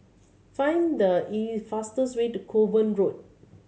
find the fastest way to Kovan Road